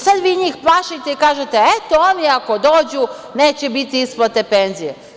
Sada vi njih plašite i kažete: „Eto, oni ako dođu, neće biti isplate penzije“